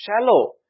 shallow